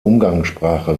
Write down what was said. umgangssprache